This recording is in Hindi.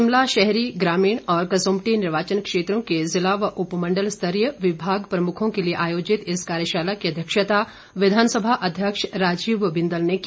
शिमला शहरी ग्रामीण और कसुम्पटी निर्वाचन क्षेत्रों के जिला व उपमंडल स्तरीय विभाग प्रमुखों के लिए आयोजित इस कार्यशाला की अध्यक्षता विधानसभा अध्यक्ष राजीव बिंदल ने की